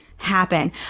happen